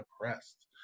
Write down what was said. oppressed